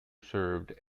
served